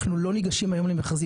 אנחנו לא ניגשים למכרזים.